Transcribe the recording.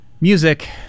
music